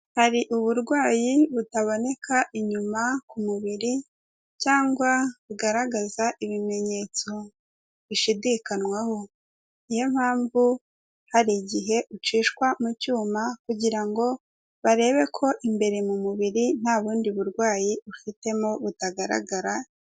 Hari uburwayi butaboneka inyuma ku mubiri cyangwa bugaragaza ibimenyetso bishidikanwaho, niyo mpamvu hari igihe ucishwa mu cyuma kugira ngo barebe ko imbere mu mubiri nta bundi burwayi ufitemo butagaragara.